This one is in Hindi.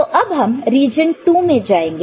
तो अब हम रीजन II में जाएंगे